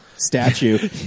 statue